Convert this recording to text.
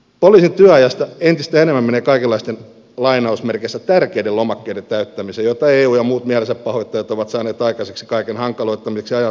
poliisin työajasta entistä enemmän menee kaikenlaisten tärkeiden lomakkeiden täyttämiseen joita eu ja muut mielensäpahoittajat ovat saaneet aikaiseksi kaiken hankaloittamiseksi ja ajan tuhlaamiseksi